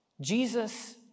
Jesus